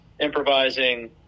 improvising